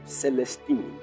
Celestine